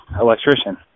electrician